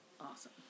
Awesome